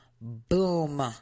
Boom